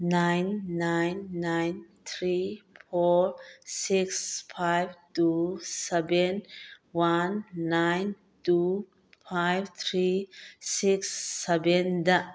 nine nine nine three four six five two seven one nine two five three six ꯁꯕꯦꯟꯗ